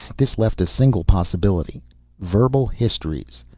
this left a single possibility verbal histories.